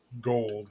gold